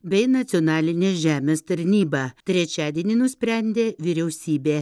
bei nacionalinę žemės tarnybą trečiadienį nusprendė vyriausybė